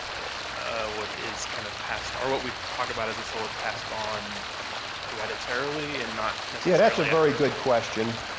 what is kind of past or what we talked about as the soul is passed on hereditarily and not necessarily yeah, that's a very good question.